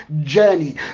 journey